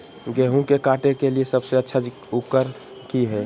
गेहूं के काटे के लिए सबसे अच्छा उकरन की है?